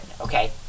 okay